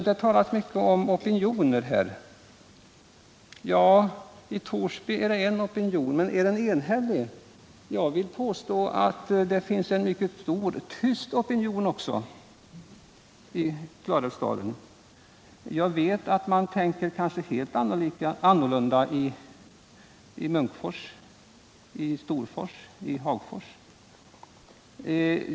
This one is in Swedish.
Det talas här mycket om opinioner. I Torsby är det t.ex. en opinion. Men är den enhällig? Jag vill påstå att det också finns en mycket stor tyst opinion i Klarälvsdalen. Jag vet att man tänker helt annorlunda i Munkfors, Storfors och Hagfors.